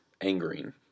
angering